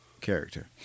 Character